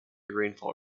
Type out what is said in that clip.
rainfall